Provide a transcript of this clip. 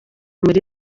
muri